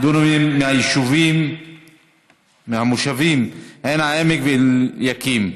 2,000 דונמים מהמושבים עין העמק ואליקים,